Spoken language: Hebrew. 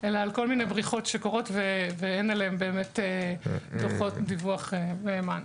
אלא על כל מיני בריחות שקורות ואין עליהם באמת דוחות דיווח מהימן.